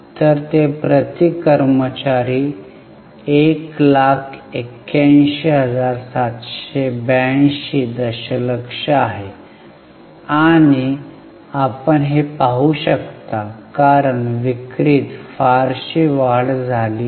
तर ते प्रति कर्मचारी 181782 दशलक्ष आहे आणि आपण हे पाहू शकता कारण विक्रीत फारशी वाढ झाली नाही